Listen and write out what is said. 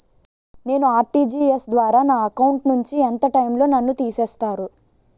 నేను ఆ.ర్టి.జి.ఎస్ ద్వారా నా అకౌంట్ నుంచి ఎంత టైం లో నన్ను తిసేస్తారు?